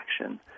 action